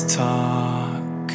talk